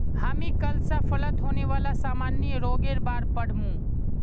हामी कल स फलत होने वाला सामान्य रोगेर बार पढ़ मु